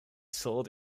sold